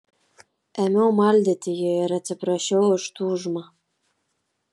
ėmiau maldyti jį ir atsiprašiau už tūžmą